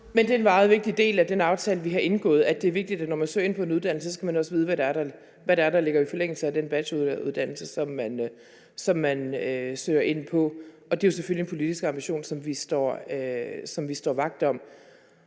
Det er en meget vigtig del af den aftale, vi har indgået, at når man søger ind på en uddannelse, skal man også vide, hvad der ligger i forlængelse af den bacheloruddannelse, som man søger ind på, og det er selvfølgelig en politisk ambition, som vi står vagt om.